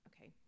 okay